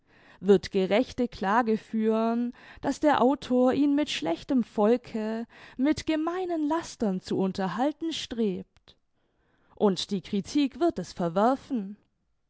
wird gerechte klage führen daß der autor ihn mit schlechtem volke mit gemeinen lastern zu unterhalten strebt und die kritik wird es verwerfen